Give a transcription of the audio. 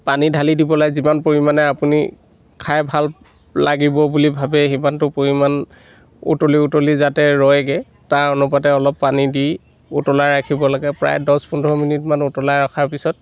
পানী ঢালি দিব লাগে যিমান পৰিমাণে আপুনি খাই ভাল লাগিব বুলি ভাবে সিমানটো পৰিমাণ উতলি উতলি যাতে ৰয়গৈ তাৰ অনুপাতে অলপ পানী দি উতলাই ৰাখিব লাগে প্ৰায় দহ পোন্ধৰ মিনিটমান উতলাই ৰখাৰ পিছত